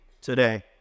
today